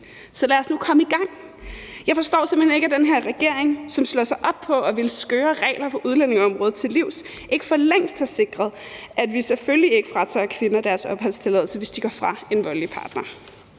Så lad os nu komme i gang! Jeg forstår simpelt hen ikke, at den her regering, som slår sig op på at ville skøre regler på udlændingeområdet til livs, ikke for længst har sikret, at vi selvfølgelig ikke fratager kvinder deres opholdstilladelse, hvis de går fra en voldelig partner.